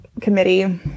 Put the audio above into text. committee